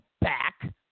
back